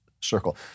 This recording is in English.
circle